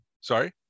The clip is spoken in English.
Sorry